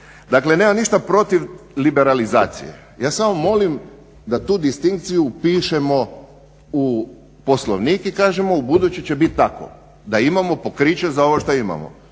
Dakle nemam ništa protiv liberalizacije, ja samo molim da tu distinkciju upišemo u Poslovnik i kažemo ubuduće će bit tako, da imamo pokriće za ovo što imamo.